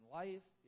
life